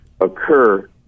occur